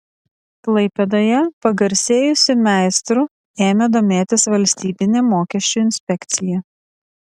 klaipėdoje pagarsėjusiu meistru ėmė domėtis valstybinė mokesčių inspekcija